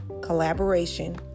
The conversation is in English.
collaboration